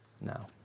now